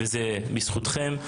זה בזכותכם.